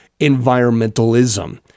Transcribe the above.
environmentalism